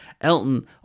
Elton